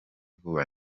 vuba